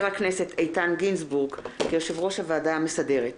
הכנסת איתן גינזבורג ליושב-ראש הוועדה המסדרת.